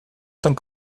tant